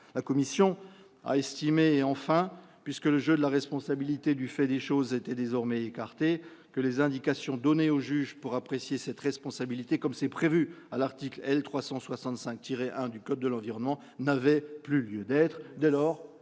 La commission a estimé enfin que, puisque le jeu de la responsabilité du fait des choses était désormais écarté, les indications données au juge pour apprécier cette responsabilité, prévues à l'article L. 365-1 du code de l'environnement, n'avaient plus lieu d'être.